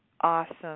Awesome